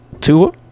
Two